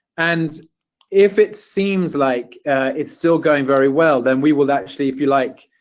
and if it seems like it's still going very well then we will actually, if you like,